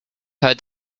heard